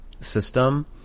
system